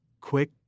quick